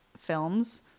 films